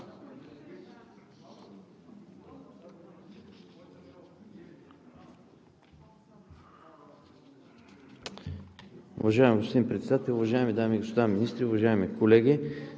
Уважаеми господин Председател, уважаеми дами и господа министри, уважаеми колеги!